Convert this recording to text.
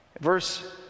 Verse